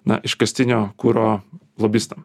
na iškastinio kuro lobistam